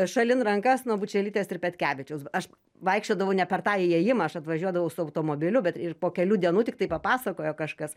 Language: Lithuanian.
šalin rankas nuo bučelytės ir petkevičiaus aš vaikščiodavau ne per tą įėjimą aš atvažiuodavau su automobiliu ir po kelių dienų tiktai papasakojo kažkas